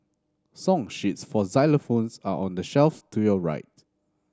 song sheets for xylophones are on the shelf to your right